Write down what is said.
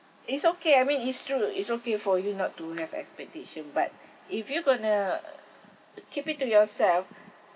it's okay I mean it's true it's okay for you not to have expectation but if you going to keep it to yourself